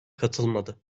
katılmadı